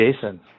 Jason